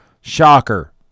Shocker